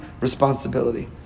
responsibility